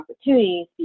opportunities